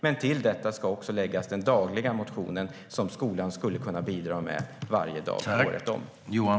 Men till detta ska också läggas den dagliga motionen, som skolan skulle kunna bidra med varje dag året om.